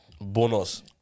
Bonus